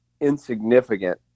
insignificant